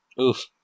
Oof